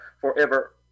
forever